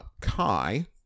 Kai